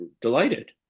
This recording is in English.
delighted